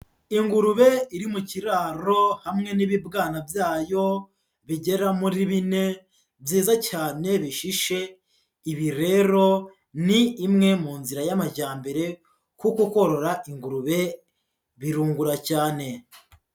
Ingurube iri mu kiraro hamwe n'ibibwana byayo bigera muri bine, byiza cyane bihishe, ibi rero ni imwe mu nzira y'amajyambere kuko korora ingurube birungura cyane.